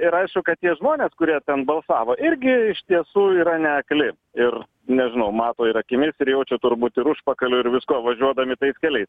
ir aišku kad tie žmonės kurie ten balsavo irgi iš tiesų yra ne akli ir nežinau mato ir akimis ir jaučia turbūt ir užpakaliu ir viskuo važiuodami tais keliais